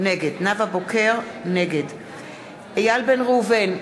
נגד איל בן ראובן,